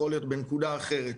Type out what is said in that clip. יכול להיות בנקודה אחרת.